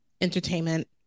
entertainment